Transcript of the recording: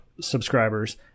subscribers